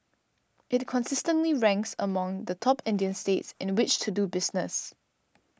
it consistently ranks among the top Indian states in which to do business